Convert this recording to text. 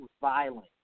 violent